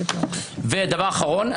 דבר אחרון.